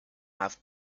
have